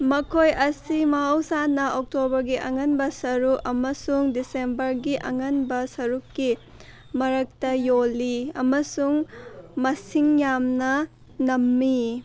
ꯃꯈꯣꯏ ꯑꯁꯤ ꯃꯍꯧꯁꯥꯅ ꯑꯣꯛꯇꯣꯕꯔꯒꯤ ꯑꯉꯥꯡꯕ ꯁꯔꯨꯛ ꯑꯃꯁꯨꯡ ꯗꯤꯁꯦꯝꯕꯔꯒꯤ ꯑꯉꯥꯡꯕ ꯁꯔꯨꯛꯀꯤ ꯃꯔꯛꯇ ꯌꯣꯜꯂꯤ ꯑꯃꯁꯨꯡ ꯃꯁꯤꯡ ꯌꯥꯝꯅ ꯅꯝꯃꯤ